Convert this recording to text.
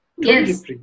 Yes